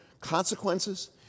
consequences